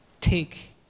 take